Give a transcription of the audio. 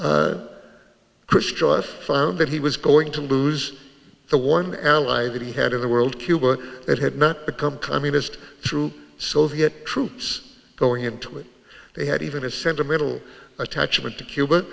found that he was going to lose the one ally that he had in the world cuba that had not become communist through soviet troops going into it they had even a sentimental attachment to cuba